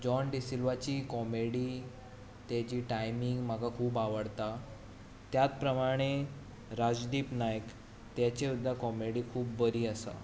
John डिसिल्वाची comedy ताजी timing म्हाका खूब आवडटा त्याच प्रमाणें राजदीप नायक हाची सुद्दां कॉमेडी खूब बरी आसा